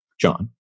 John